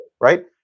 right